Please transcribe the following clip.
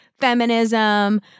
feminism